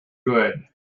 good